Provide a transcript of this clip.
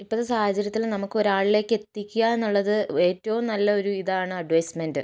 ഇപ്പോഴത്തെ സാഹചര്യത്തിൽ നമുക്ക് ഒരാളിലേക്ക് എത്തിക്കുകയെന്നുള്ളത് ഏറ്റവും നല്ലൊരു ഇതാണ് അഡ്വൈസ്മെന്റ്